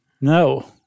No